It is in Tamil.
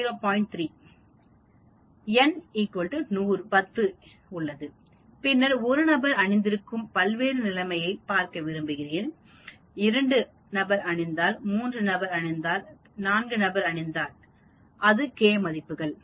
3 மற்றும் பின்னர்உங்களிடம் n 10 உள்ளது பின்னர் 1 நபர் அணிந்திருக்கும் பல்வேறு நிலைமைகளைப் பார்க்க விரும்புகிறீர்கள் 2அணிந்த நபர் 3 நபர் அணிந்தவர் கண்ணாடி அணிந்த 4 நபர் அது k மதிப்புகள்